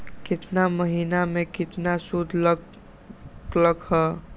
केतना महीना में कितना शुध लग लक ह?